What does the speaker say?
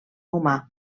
humà